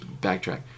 backtrack